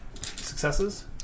Successes